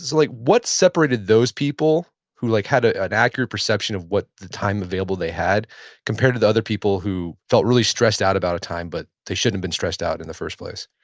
like what separated those people who like had ah an accurate perception of what the time available they had compared to the other people who felt really stressed out about a time, but they shouldn't have been stressed out in the first place?